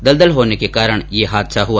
दलदल होने के कारण ये हादसा हुआ